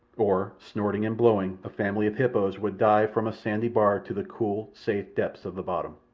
or, snorting and blowing, a family of hippos would dive from a sandy bar to the cool, safe depths of the bottom.